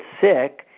sick